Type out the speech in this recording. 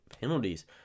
penalties